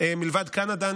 לבד מקנדה.